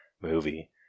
movie